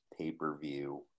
pay-per-view